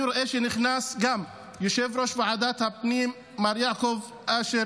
אני רואה שנכנס גם יושב-ראש ועדת הפנים מר יעקב אשר.